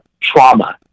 Trauma